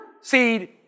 seed